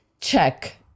check